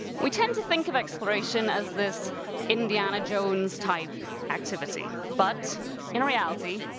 we tend to think of exploration as this indiana jones-type activity, but in reality,